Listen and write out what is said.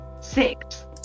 six